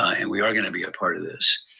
and we are gonna be a part of this.